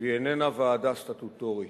והיא איננה ועדה סטטוטורית.